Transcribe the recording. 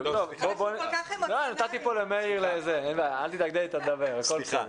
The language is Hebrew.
אנחנו לא רואים שום סיבה שלא יחזרו לפעילות.